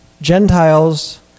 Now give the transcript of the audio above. Gentiles